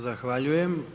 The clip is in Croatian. Zahvaljujem.